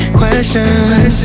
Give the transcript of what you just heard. questions